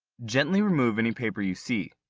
gently remove any paper you see.